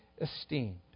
esteemed